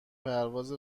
پرواز